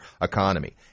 economy